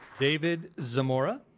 david zamora.